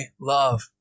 love